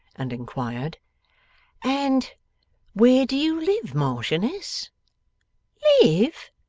and inquired and where do you live, marchioness live!